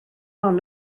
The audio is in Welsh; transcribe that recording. hon